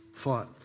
fought